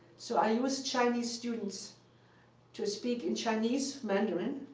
so i used chinese students to speak in chinese, mandarin,